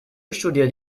studiert